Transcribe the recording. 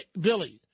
Billy